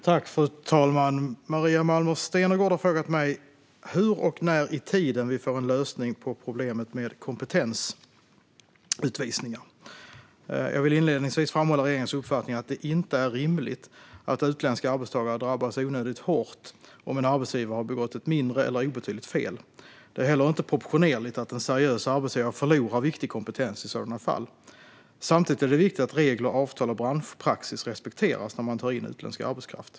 Fru talman! Maria Malmer Stenergard har frågat mig hur och när i tiden vi får en lösning på problemet med kompetensutvisningar. Jag vill inledningsvis framhålla regeringens uppfattning att det inte är rimligt att utländska arbetstagare drabbas onödigt hårt om en arbetsgivare har begått ett mindre eller obetydligt fel. Det är heller inte proportionerligt att en seriös arbetsgivare förlorar viktig kompetens i sådana fall. Samtidigt är det viktigt att regler, avtal och branschpraxis respekteras när man tar in utländsk arbetskraft.